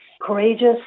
courageous